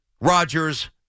Rodgers